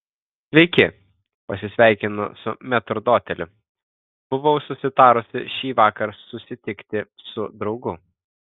sveiki pasisveikinu su metrdoteliu buvau susitarusi šįvakar susitikti su draugu